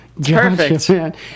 Perfect